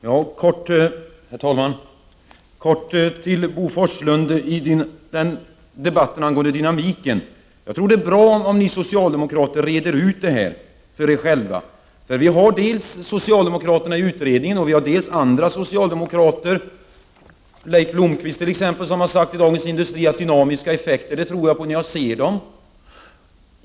Herr talman! Kort till Bo Forslund i debatten angående dynamiken: Jag tror att det är bra om ni socialdemokrater reder ut det här för er själva. Vi har dels socialdemokraterna i utredningen, dels andra socialdemokrater, t.ex. Leif Blomberg som har sagt i Dagens Industri att dynamiska effekter tror han på när han ser dem.